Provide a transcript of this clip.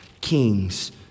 kings